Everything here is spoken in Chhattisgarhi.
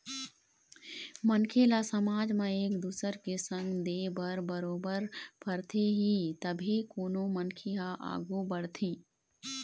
मनखे ल समाज म एक दुसर के संग दे बर बरोबर परथे ही तभे कोनो मनखे ह आघू बढ़थे